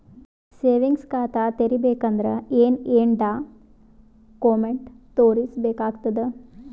Savings ಖಾತಾ ತೇರಿಬೇಕಂದರ ಏನ್ ಏನ್ಡಾ ಕೊಮೆಂಟ ತೋರಿಸ ಬೇಕಾತದ?